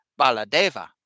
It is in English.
Baladeva